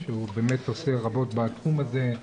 שהוא באמת עושה רבות בתחום הזה,